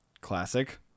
Classic